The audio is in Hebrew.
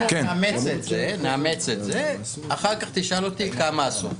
אנחנו נאמץ את זה, ואחר כך תשאל אותי כמה עשו.